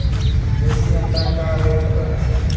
देशी अंडा का रेट बा?